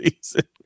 season